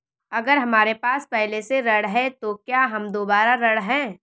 अगर हमारे पास पहले से ऋण है तो क्या हम दोबारा ऋण हैं?